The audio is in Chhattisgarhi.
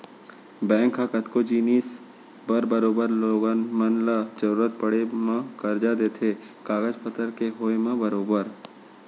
बैंक ह कतको जिनिस बर बरोबर लोगन मन ल जरुरत पड़े म करजा देथे कागज पतर के होय म बरोबर